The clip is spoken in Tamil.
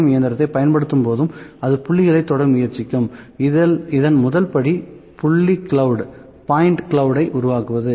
M இயந்திரத்தைப் பயன்படுத்தும் போதும் அது புள்ளிகளைத் தொட முயற்சிக்கும் இதன் முதல் படி புள்ளி கிளவுட் ஐ உருவாக்குவது